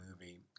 movie